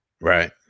Right